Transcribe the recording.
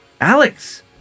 Alex